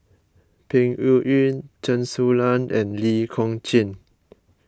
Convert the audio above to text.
Peng Yuyun Chen Su Lan and Lee Kong Chian